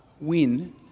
win